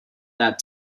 that